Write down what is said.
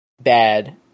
bad